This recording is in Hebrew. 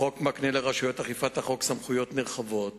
החוק מקנה לרשויות אכיפת החוק סמכויות נרחבות